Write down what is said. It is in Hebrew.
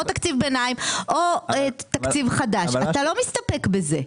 תקציב ביניים או תקציב חדש ואתה לא מסתפק בזה.